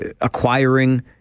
acquiring